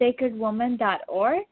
sacredwoman.org